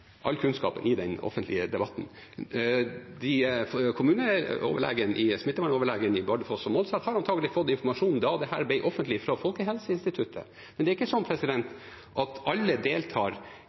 all kunnskap i den offentlige debatten. Kommuneoverlegen, smittevernoverlegen, i Bardu og Målselv har antakelig fått informasjonen da dette ble offentlig fra Folkehelseinstituttet, men det er ikke sånn at alle deltar